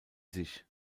sich